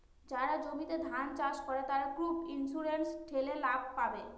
যারা জমিতে ধান চাষ করে, তারা ক্রপ ইন্সুরেন্স ঠেলে লাভ পাবে